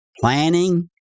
planning